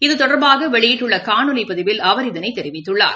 இது தொடர்பாகவெளியிட்டுள்ளகாணொலிபதிவில் அவர் இதனைதெரிவித்துள்ளார்